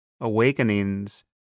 awakenings